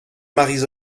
marie